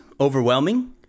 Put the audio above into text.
overwhelming